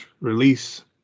release